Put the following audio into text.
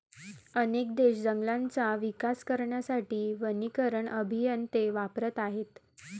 अनेक देश जंगलांचा विकास करण्यासाठी वनीकरण अभियंते वापरत आहेत